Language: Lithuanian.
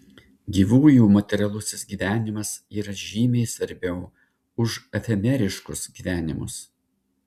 gyvųjų materialusis gyvenimas yra žymiai svarbiau už efemeriškus gyvenimus